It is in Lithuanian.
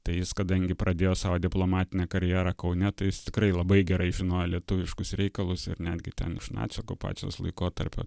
tai jis kadangi pradėjo savo diplomatinę karjerą kaune tai jis tikrai labai gerai žino lietuviškus reikalus ir netgi ten iš nacių okupacijos laikotarpio